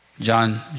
John